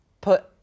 put